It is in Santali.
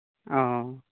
ᱚᱼᱚ